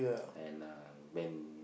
and uh when